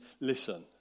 listen